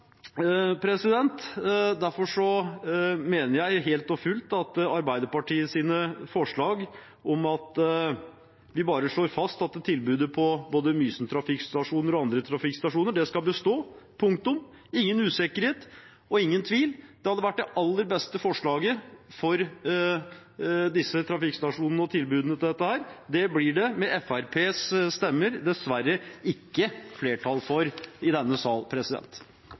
Derfor mener jeg helt og fullt at Arbeiderpartiets forslag, der det bare slås fast at tilbudet på både Mysen trafikkstasjon og andre trafikkstasjoner skal bestå – punktum, ingen usikkerhet og ingen tvil – er det aller beste forslaget for disse trafikkstasjonene og tilbudene der. Men det blir det med Fremskrittspartiets stemmer dessverre ikke flertall for i denne sal.